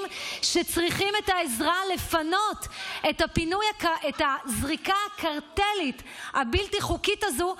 שצריכים את העזרה בפינוי של הזריקה הקרטלית הבלתי-חוקית הזאת,